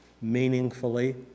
meaningfully